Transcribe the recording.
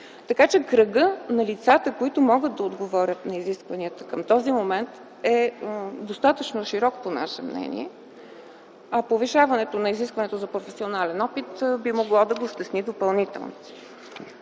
Така че кръгът на лицата, които могат да отговарят на изискванията към този момент, е достатъчно широк по наше мнение. Повишаването на изискването за професионален опит би могло да го стесни допълнително.